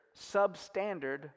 substandard